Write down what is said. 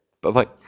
Bye-bye